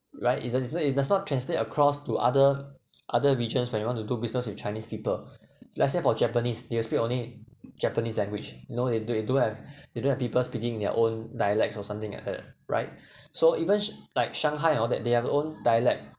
right it does it it does not translate across to other other regions when you want to do business with chinese people let's say for japanese they speak only japanese language know they don't they don't have they don't have people speaking their own dialects or something like that right so even sh~like shanghai and all that they have own dialect